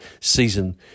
season